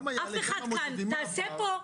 תעשה פה,